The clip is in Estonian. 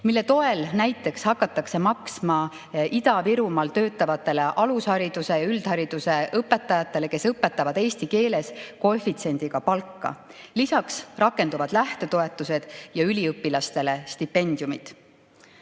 mille toel näiteks hakatakse maksma Ida-Virumaal töötavatele alushariduse ja üldhariduse õpetajatele, kes õpetavad eesti keeles, koefitsiendiga palka. Lisaks rakenduvad lähtetoetused ja üliõpilastele stipendiumid.